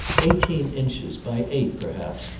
eighteen inches by eight, perhaps,